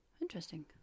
interesting